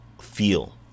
feel